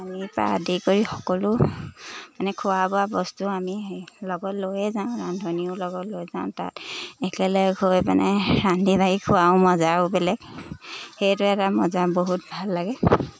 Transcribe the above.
পানীৰপৰা আদি কৰি সকলো মানে খোৱা বোৱা বস্তু আমি লগত লৈয়ে যাওঁ ৰান্ধনীও লগত লৈ যাওঁ তাত একেলগ হৈ পেনে ৰান্ধি বাঢ়ি খোৱাও মজাও বেলেগ সেইটো এটা মজা বহুত ভাল লাগে